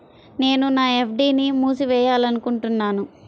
నేను నా ఎఫ్.డీ ని మూసివేయాలనుకుంటున్నాను